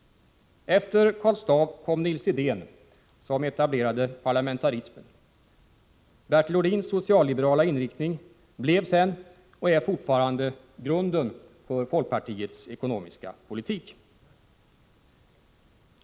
Efter Karl Staaff kom Nils Edén, som etablerade parlamentarismen. Bertil Ohlins socialliberala inriktning blev sedan och är fortfarande grunden för folkpartiets ekonomiska politik.